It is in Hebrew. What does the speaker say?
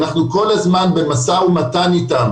אנחנו כל הזמן במשא ומתן איתם